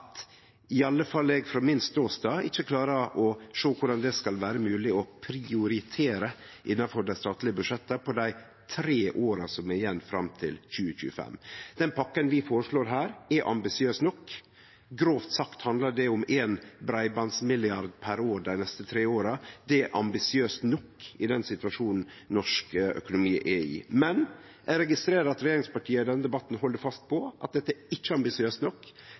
i alle fall eg frå min ståstad ikkje klarer å sjå korleis det skal vere mogleg å prioritere det innanfor dei statlege budsjetta på dei tre åra som er igjen fram til 2025. Den pakka vi føreslår her, er ambisiøs nok. Grovt sagt handlar det om éin breibandsmilliard per år dei neste tre åra. Det er ambisiøst nok i den situasjonen den norske økonomien er i. Men eg registrerer at regjeringspartia i denne debatten held fast på at dette ikkje er ambisiøst nok.